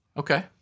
Okay